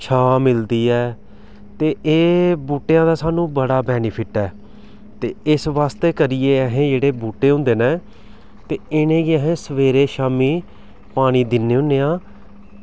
छांह् मिलदी ऐ ते एह् बूह्टेआं सानूं बड़ा बेनीफिट ऐ ते इस बास्तै करियै एह् जेह्ड़े बूह्टे होंदे न ते इनेंगी असें सवेरे शामीं पानी दिन्ने होन्ने आं